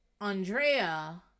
Andrea